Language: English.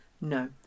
No